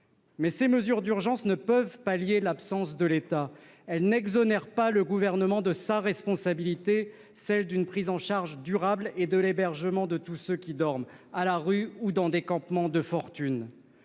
Mais ces mesures d'urgence ne peuvent pallier l'absence de l'État. Elles n'exonèrent pas le Gouvernement de sa responsabilité de prendre en charge durablement et d'héberger tous ceux qui dorment à la rue ou dans des campements de fortune.